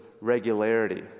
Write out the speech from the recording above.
regularity